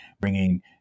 bringing